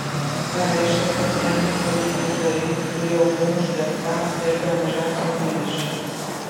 pareiškė kad jam reikalingi kariai kurie užmuš bet ką ir be mažiausio gailesčio